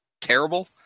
terrible